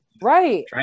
right